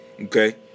okay